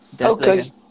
Okay